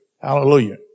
Hallelujah